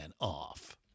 off